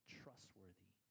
trustworthy